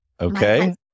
Okay